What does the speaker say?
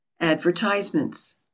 Advertisements